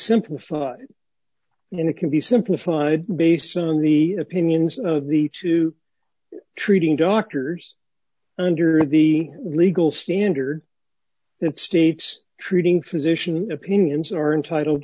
simplified and it can be simplified based on the opinions of the two treating doctors under the legal standard that states treating physician opinions are entitled